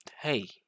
hey